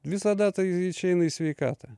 visada tai išeina į sveikatą